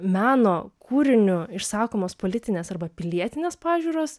meno kūriniu išsakomos politinės arba pilietinės pažiūros